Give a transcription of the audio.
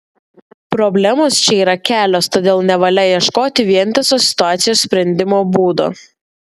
problemos čia yra kelios todėl nevalia ieškoti vientiso situacijos sprendimo būdo